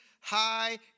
high